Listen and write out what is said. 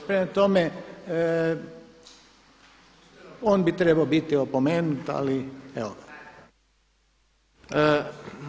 Prema tome, on bi trebao biti opomenut ali evo ga.